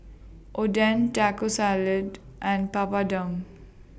Oden Taco Salad and Papadum